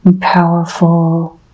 powerful